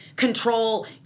control